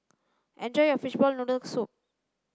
enjoy your fishball noodle soup